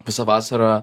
visą vasarą